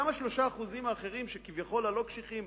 גם ה-3% האחרים, כביכול הלא-קשיחים,